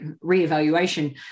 re-evaluation